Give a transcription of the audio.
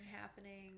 happening